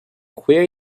where